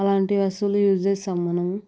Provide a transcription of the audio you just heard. అలాంటి వస్తువులు యూజ్ చేస్తాము మనం